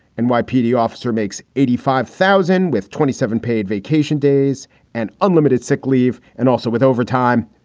and why pd officer makes eighty five thousand with twenty seven paid vacation days and unlimited sick leave. and also with overtime,